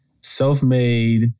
self-made